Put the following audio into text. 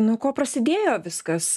nuo ko prasidėjo viskas